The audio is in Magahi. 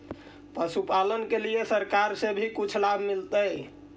पशुपालन के लिए सरकार से भी कुछ लाभ मिलै हई?